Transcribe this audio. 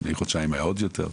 לפני חודשיים היה עוד יותר,